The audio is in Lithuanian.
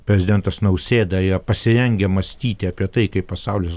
prezidentas nausėda yra pasirengę mąstyti apie tai kaip pasaulis